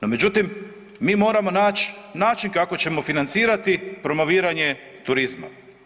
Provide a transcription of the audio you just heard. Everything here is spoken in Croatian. No međutim, mi moramo nać način kako ćemo financirati promoviranje turizma.